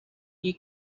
you